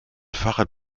fahrrad